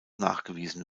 nachgewiesen